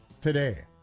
today